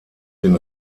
den